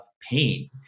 pain